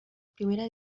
primera